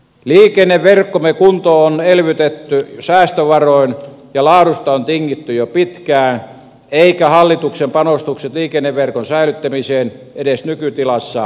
liikenneverkkomme kunto on elvytetty säästövaroin ja laadusta on tingitty jo pitkään eivätkä hallituksen panostukset liikenneverkon säilyttämiseen edes nykytilassa ole riittävät